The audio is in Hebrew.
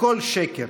הכול שקר.